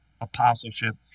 apostleship